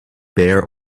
bare